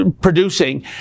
producing